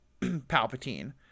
Palpatine